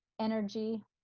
energy